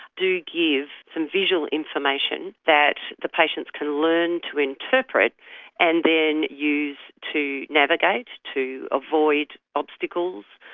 do give some visual information that the patients can learn to interpret and then use to navigate to avoid obstacles,